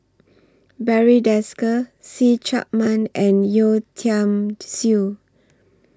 Barry Desker See Chak Mun and Yeo Tiam Siew